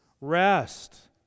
Rest